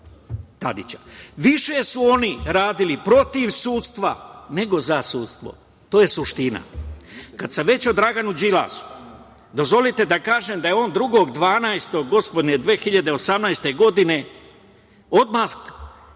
Tadića. Više su oni radili protiv sudstva, nego za sudstvo. To je suština. Kada sam već kod Dragana Đilasa, dozvolite da kažem da je on 2. decembra 2018. godine, odmah